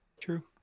true